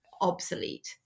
obsolete